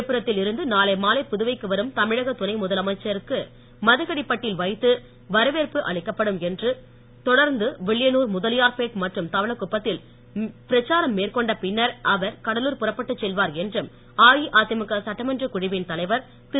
விழுப்புரத்தில் இருந்து நாளை மாலை புதுவைக்கு வரும் தமிழக துணை முதலமைச்சருக்கு மதகடிப்பட்டில் வைத்து வரவேற்பு அளிக்க்கப்படும் என்றும் தொடர்ந்து வில்லியனூர் முதலியார்பேட் மற்றும் தவளக்குப்பத்தில் பிரச்சாரம் மேற்கொண்ட பின்னர் அவர் கடலூர் புறப்பட்டு செல்வார் என்றும் அஇஅதிமுக சட்டமன்ற குழுவின் தலைவர் திரு